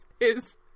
is-